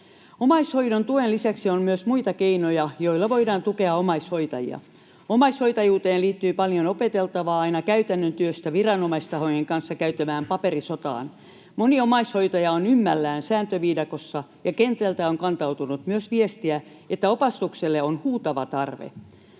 Omaishoidon tuen lisäksi on myös muita keinoja, joilla voidaan tukea omaishoitajia. Omaishoitajuuteen liittyy paljon opeteltavaa aina käytännön työstä viranomaistahojen kanssa käytävään paperisotaan. Moni omaishoitaja on ymmällään sääntöviidakossa, ja kentältä on kantautunut myös viestiä, että opastukselle on huutava tarve.